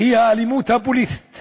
היא האלימות הפוליטית